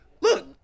look